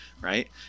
Right